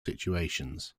situations